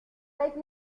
fake